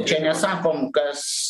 čia nesakom kas